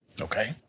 Okay